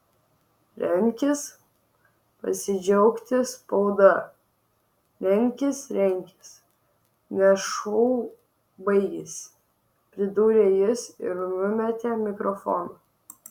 renkis pasidžiaugti spauda renkis renkis nes šou baigėsi pridūrė jis ir numetė mikrofoną